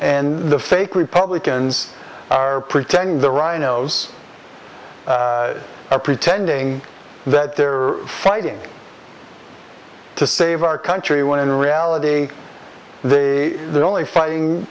and the fake republicans are pretend the rhinos are pretending that there are fighting to save our country when in reality they are only fighting